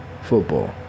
football